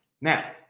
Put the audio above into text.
Now